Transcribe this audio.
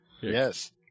yes